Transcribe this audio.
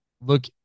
Look